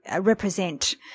represent